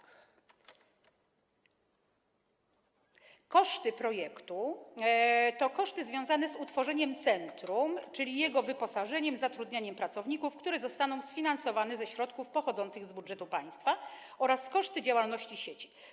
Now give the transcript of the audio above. Koszty projektu to koszty związane z utworzeniem centrum, czyli jego wyposażeniem, zatrudnianiem pracowników, co zostanie sfinansowane ze środków pochodzących z budżetu państwa, oraz koszty działalności sieci.